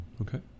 Okay